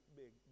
big